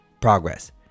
progress